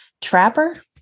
Trapper